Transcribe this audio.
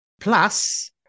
plus